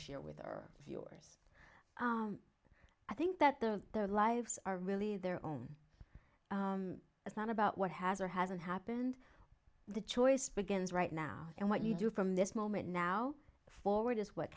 share with our viewers i think that the their lives are really their own it's not about what has or hasn't happened the choice begins right now and what you do from this moment now forward is what